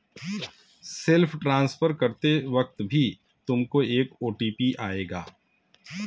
self transfer करते वक्त भी तुमको एक ओ.टी.पी आएगा